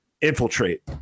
infiltrate